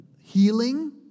healing